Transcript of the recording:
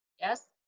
Yes